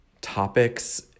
topics